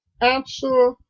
answer